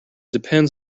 depends